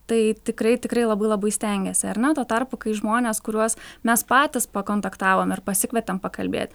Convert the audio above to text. tai tikrai tikrai labai labai stengiasi ar ne tuo tarpu kai žmonės kuriuos mes patys pakontaktavom ir pasikvietėm pakalbėti